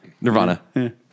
Nirvana